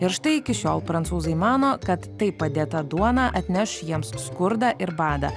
ir štai iki šiol prancūzai mano kad taip padėta duona atneš jiems skurdą ir badą